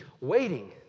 waiting